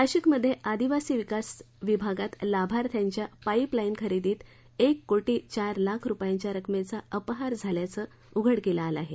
नाशिक मध्ये आदिवासी विकास विभागात लाभार्थ्यांच्या पाईपलाईन खरेदीत एक कोटी चार लाख रुपयांच्या रकमेचा अपहार झाल्याचं उघडकीला आलं आहे